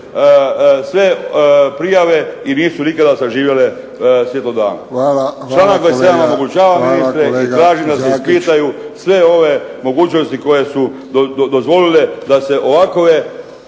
Hvala kolega Đakić. **Đakić, Josip (HDZ)** Članak 27. omogućava, ministre, i traži da se ispitaju sve ove mogućnosti koje su dozvolile da se ovakove